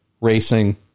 racing